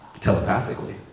telepathically